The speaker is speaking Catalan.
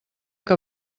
que